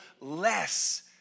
less